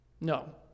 No